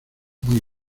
muy